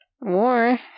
War